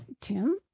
Tim